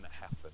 happen